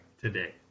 today